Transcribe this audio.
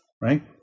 right